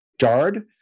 jarred